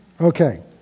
Okay